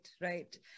right